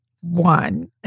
One